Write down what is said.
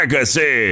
Legacy